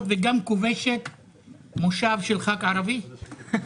מי בעד?